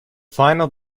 final